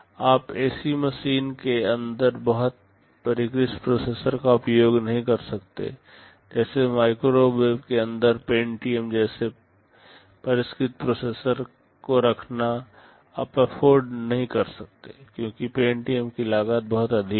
आप ऐसी मशीन के अंदर बहुत परिष्कृत प्रोसेसर का उपयोग नहीं कर सकते जैसे माइक्रोवेव के अंदर पेंटियम जैसे परिष्कृत प्रोसेसर को रखना आप अफ़्फोर्ड नहीं कर सकते हैं क्योंकि पेंटियम की लागत बहुत अधिक है